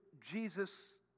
Jesus